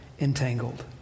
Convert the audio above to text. entangled